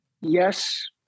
Yes